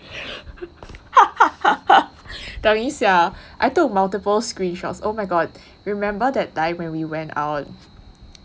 hahaha 等一下 I took multiple screenshots oh my god remember that time when we went out